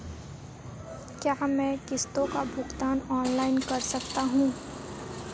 क्या मैं किश्तों का भुगतान ऑनलाइन कर सकता हूँ?